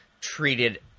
treated